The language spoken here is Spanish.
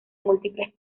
múltiples